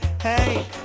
hey